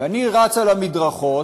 ואני רץ על המדרכות,